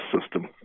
system